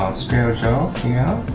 scale jaw